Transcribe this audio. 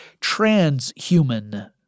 transhuman